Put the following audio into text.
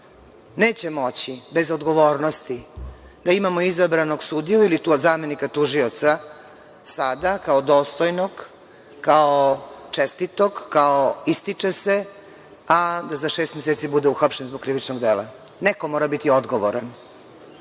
Neće moći bez odgovornosti da imamo izabranog sudiju ili zamenika tužioca sada kao dostojnog, kao čestitog, kao ističe se, a da za šest meseci bude uhapšen zbog krivičnog dela. Neko mora biti odgovoran.